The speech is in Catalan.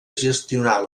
gestionar